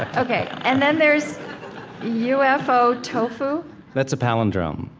ah ok. and then there's ufo tofu that's a palindrome.